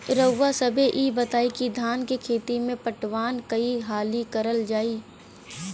रउवा सभे इ बताईं की धान के खेती में पटवान कई हाली करल जाई?